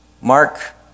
Mark